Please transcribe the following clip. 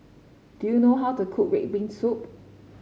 do you know how to cook red bean soup